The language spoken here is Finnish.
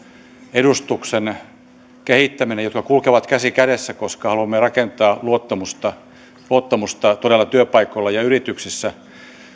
edustuksen kehittämistä jotka kulkevat käsi kädessä koska haluamme todella rakentaa luottamusta luottamusta työpaikoilla ja yrityksissä